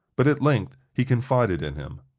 but at length he confided in him.